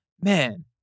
man